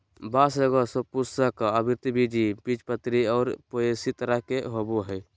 बाँस एगो सपुष्पक, आवृतबीजी, बीजपत्री और पोएसी तरह के होबो हइ